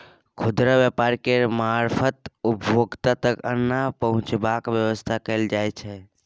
खुदरा व्यापार केर मारफत उपभोक्ता तक अन्न पहुंचेबाक बेबस्था कएल जाइ छै